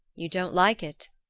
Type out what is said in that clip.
you don't like it?